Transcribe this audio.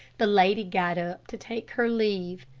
the lady got up to take her leave.